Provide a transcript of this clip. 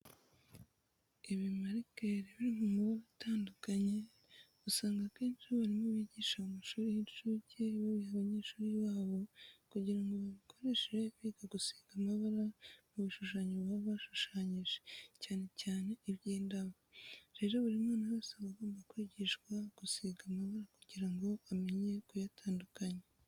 Ibimarikeri biri mu mabara atandukanye, usanga akenshi abarimu bigisha mu mashuri y'incuke babiha abanyeshuri babo kugira ngo babikoreshe biga gusiga amabara mu bishushanyo baba bashyushanyije cyane cyane iby'indabo. Rero buri mwana wese aba agomba kwigishwa gusiga amabara kugira ngo amenye kuyatandukanya.